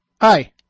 Hi